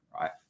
right